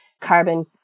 carbon